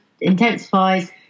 intensifies